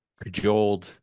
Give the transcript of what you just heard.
cajoled